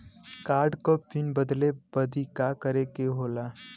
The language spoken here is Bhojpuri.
कार्ड क पिन बदले बदी का करे के होला?